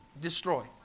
destroy